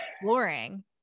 exploring